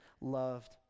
loved